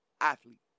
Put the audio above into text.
athlete